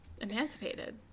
emancipated